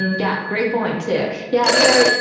and yeah great point too. yeah so,